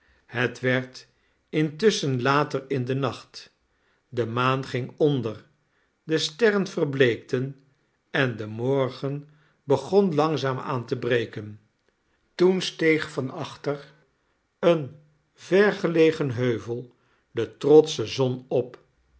het werd intusschen later in den nacht de maan ging onder de sterren verbleekten en de morgen begon langzaam aan te breken toen steeg van achter een vergelegen heuvel de trotsche zon op